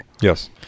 Yes